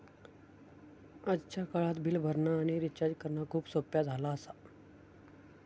आजच्या काळात बिल भरणा आणि रिचार्ज करणा खूप सोप्प्या झाला आसा